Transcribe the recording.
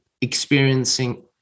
experiencing